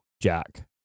Jack